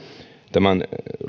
tämän